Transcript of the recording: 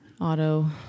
auto